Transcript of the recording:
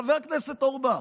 חבר הכנסת אורבך,